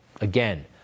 Again